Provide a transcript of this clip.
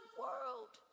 world